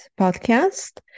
podcast